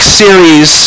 series